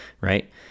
Right